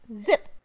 Zip